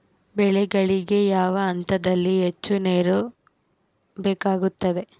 ಬೆಳೆಗಳಿಗೆ ಯಾವ ಹಂತದಲ್ಲಿ ಹೆಚ್ಚು ನೇರು ಬೇಕಾಗುತ್ತದೆ?